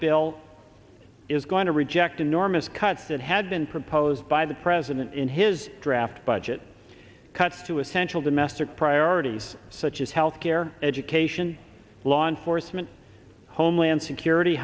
bill is going to reject enormous cuts that had been proposed by the president in his draft budget cuts to essential domestic priorities such as health care education law enforcement homeland security